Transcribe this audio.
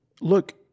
look